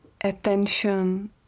attention